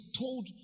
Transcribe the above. told